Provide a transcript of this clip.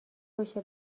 بکشه